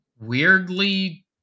weirdly